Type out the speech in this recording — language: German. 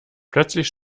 plötzlich